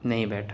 نہیں بیٹھا